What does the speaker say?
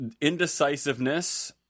indecisiveness